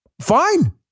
Fine